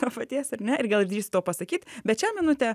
to paties ar ne ir gal išdrįstu to pasakyt bet šią minutę